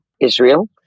Israel